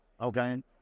Okay